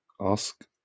Ask